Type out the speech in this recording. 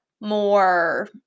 more